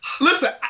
Listen